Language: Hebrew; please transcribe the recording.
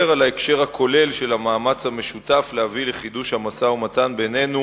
על ההקשר הכולל של המאמץ המשותף להביא לחידוש המשא-ומתן בינינו